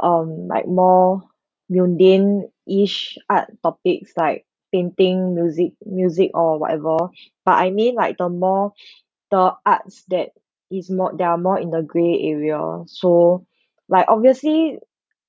um like more mundane-ish art topics like painting music music or whatever but I mean like the more the arts that is more they're more in the grey area lor so like obviously